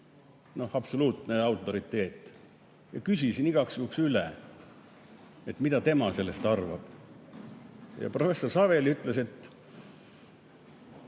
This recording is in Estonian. seega absoluutne autoriteet – ja küsisin igaks juhuks üle, mida tema sellest arvab. Professor Saveli ütles, et